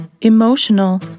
emotional